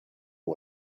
痛苦